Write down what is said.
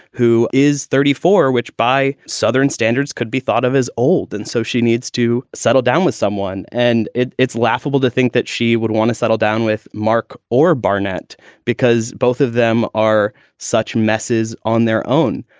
who is thirty four, which by southern standards could be thought of as old. and so she needs to settle down with someone. and it's laughable to think that she would want to settle down with mark or barnett because both of them are such messes on their own.